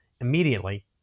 immediately